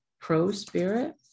Pro-spirit